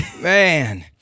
Man